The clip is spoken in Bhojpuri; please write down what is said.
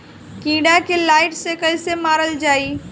कीड़ा के लाइट से कैसे मारल जाई?